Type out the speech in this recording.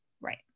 right